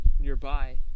nearby